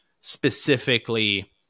specifically